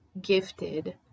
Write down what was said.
gifted